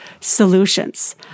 solutions